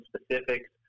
specifics